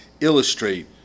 illustrate